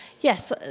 Yes